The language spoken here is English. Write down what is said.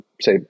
say